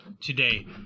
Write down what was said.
today